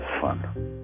fun